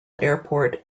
airport